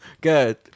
Good